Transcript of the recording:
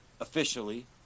Officially